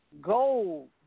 gold